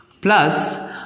plus